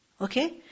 Okay